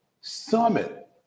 Summit